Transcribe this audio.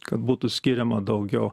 kad būtų skiriama daugiau